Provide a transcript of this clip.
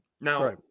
Now-